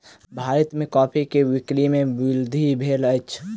भारत में कॉफ़ी के बिक्री में वृद्धि भेल अछि